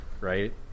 right